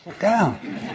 down